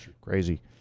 crazy